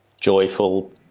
joyful